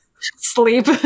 sleep